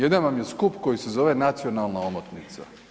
Jedan vam je skup koji se zove nacionalna omotnica.